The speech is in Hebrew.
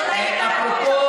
אפרופו